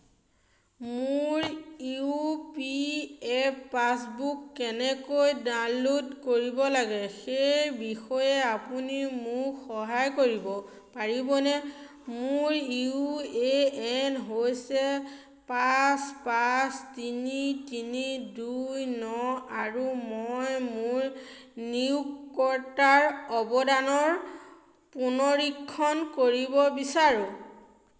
মোৰ U P F passbook কেনেকৈ download কৰিব লাগে সেই বিষয়ে আপুনি মোক সহায় কৰিব পাৰিবনে মোৰ ইউ এ এন হৈছে পাঁচ পাঁচ তিনি তিনি দুই ন আৰু মই মোৰ নিয়োগকৰ্তাৰ অৱদানৰ পুনৰীক্ষণ কৰিব বিচাৰোঁ